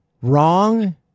wrong